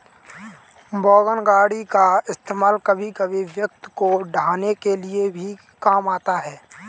wagon गाड़ी का इस्तेमाल कभी कभी व्यक्ति को ढ़ोने के लिए भी काम आता है